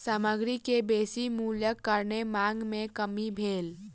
सामग्री के बेसी मूल्यक कारणेँ मांग में कमी भेल